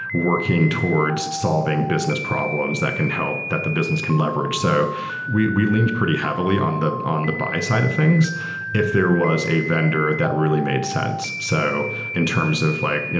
working towards solving business problems that can help that the business can leverage. so we we leaned pretty heavily on the on the buy side of things if there was a vendor that really made sense. so in terms of like, yeah